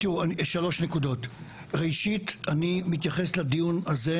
שלוש נקודות: ראשית, אני מתייחס לדיון הזה,